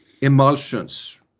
emulsions